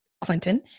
Clinton